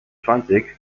zwanzig